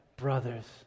Brothers